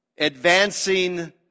Advancing